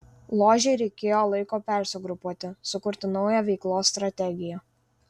ložei reikėjo laiko persigrupuoti sukurti naują veiklos strategiją